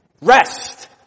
REST